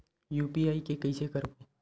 UPI के कइसे करबो?